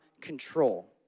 control